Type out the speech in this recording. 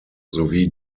sowie